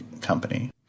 company